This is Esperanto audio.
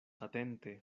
atente